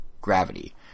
gravity